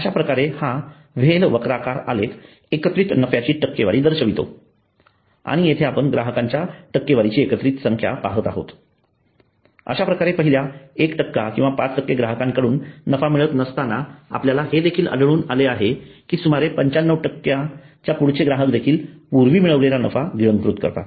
अश्या प्रकारे हा व्हेल वक्राकार आलेख एकत्रित नफ्याची टक्केवारी दर्शवितो आणि येथे आपण ग्राहकांच्या टक्केवारीची एकत्रित संख्या पाहत आहोत अश्याप्रकारे पहिल्या 1 किंवा 5 ग्राहकांकडून नफा मिळत नसताना आपल्याला हे देखील आढळून आले कि सुमारे 95 च्या पुढचे ग्राहक देखील पूर्वी मिळविलेला नफा गिळंकृत करतात